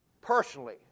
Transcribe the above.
personally